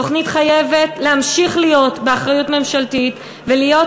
התוכנית חייבת להמשיך להיות באחריות ממשלתית ולהיות